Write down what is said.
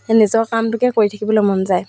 সেই নিজৰ কামটোকে কৰি থাকিবলৈ মন যায়